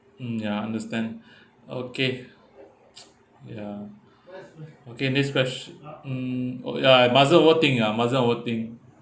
mm ya I understand okay ya okay next ques~ mm oh ya I mustn't over think ya I mustn't over think